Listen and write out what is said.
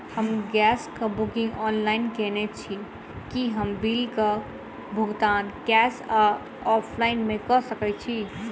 हम गैस कऽ booking online केने छी, की हम बिल कऽ भुगतान कैश वा ऑफलाइन मे कऽ सकय छी?